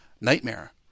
nightmare